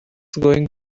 going